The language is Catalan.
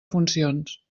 funcions